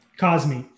Cosme